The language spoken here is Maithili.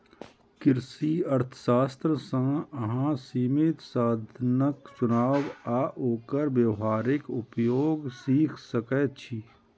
कृषि अर्थशास्त्र सं अहां सीमित साधनक चुनाव आ ओकर व्यावहारिक उपयोग सीख सकै छी